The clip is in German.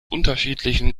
unterschiedlichen